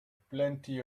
plenty